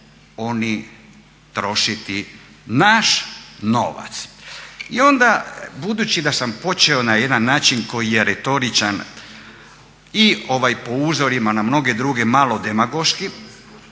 oni trošiti naš novac. I onda budući da sam počeo na jedan način koji je retoričan i po uzorima na mnoge druge malo demagoški